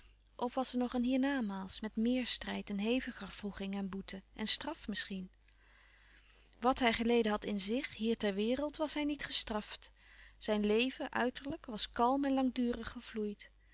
of was er nog een hier-namaals met meer strijd en heviger wroeging en boete en straf misschien wàt hij geleden had in zich hier ter wereld was hij niet gestraft zijn leven uiterlijk was kalm en langdurig gevloeid